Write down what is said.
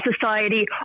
society